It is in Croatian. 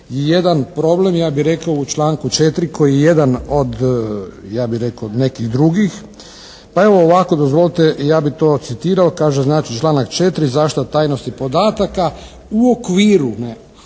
jedan problem ja bih rekao u članku 4. koji je jedan od ja bih rekao od nekih drugih. Pa evo ovako, dozvolite ja bi to citirao. Kaže znači članak 4.: "Zaštita tajnosti podataka u okviru